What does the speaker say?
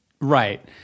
Right